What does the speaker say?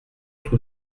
tout